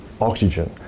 oxygen